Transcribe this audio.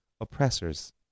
oppressors